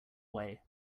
way